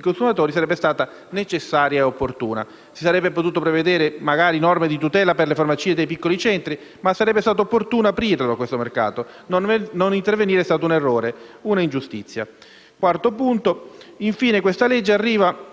consumatori sarebbe stata necessaria e opportuna. Magari si sarebbero potute prevedere norme di tutela per le farmacie nei piccoli centri, ma sarebbe stato opportuno aprire questo mercato. Non intervenire è stato un errore, una ingiustizia. Infine, il presente disegno di legge arriva